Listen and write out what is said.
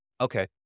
Okay